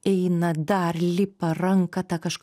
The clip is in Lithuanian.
eina dar lipa ranką tą kažką